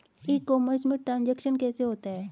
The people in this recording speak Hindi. ई कॉमर्स में ट्रांजैक्शन कैसे होता है?